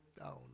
down